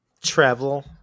travel